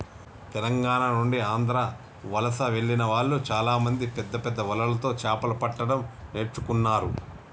తెలంగాణ నుండి ఆంధ్ర వలస వెళ్లిన వాళ్ళు చాలామంది పెద్దపెద్ద వలలతో చాపలు పట్టడం నేర్చుకున్నారు